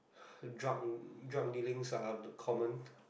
drug drug dealings are the common